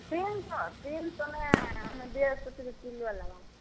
तीन सओ तीन सओ नहि हमे डेढ़ सओ रुपै किलो लेबै